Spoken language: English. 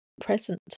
present